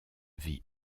vit